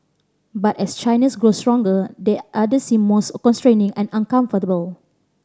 but as China's grows stronger that order seem more constraining and uncomfortable